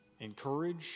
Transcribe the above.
encourage